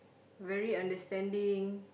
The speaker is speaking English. very understanding